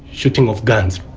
shooting of guns.